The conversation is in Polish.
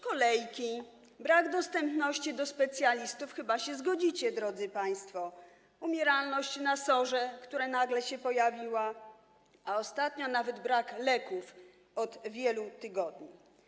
Kolejki, brak dostępu do specjalistów - chyba się zgodzicie, drodzy państwo - umieralność na SOR, która nagle się pojawiła, a ostatnio nawet brak leków, od wielu tygodni.